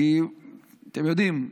ואתם יודעים,